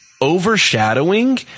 overshadowing